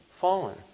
fallen